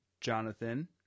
Jonathan